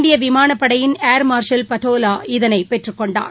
இந்தியவிமானப்படையின் air marshal Patola இதனைப் பெற்றுக் கொண்டார்